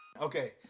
Okay